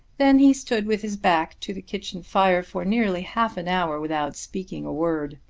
then he stood with his back to the kitchen fire for nearly half an hour without speaking a word.